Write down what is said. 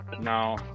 No